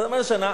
אבל מה זה משנה?